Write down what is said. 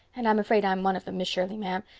and i'm afraid i'm one of them, miss shirley, ma'am,